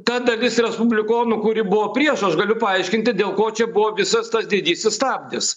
ta dalis respublikonų kuri buvo prieš aš galiu paaiškinti dėl ko čia buvo visas tas didysis stabdis